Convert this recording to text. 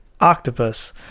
Octopus